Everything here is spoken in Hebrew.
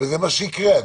-- וזה מה שיקרה אגב,